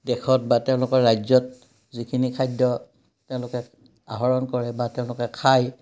দেশত বা তেওঁলোকৰ ৰাজ্যত যিখিনি খাদ্য তেওঁলোকে আহৰণ কৰে বা তেওঁলোকে খায়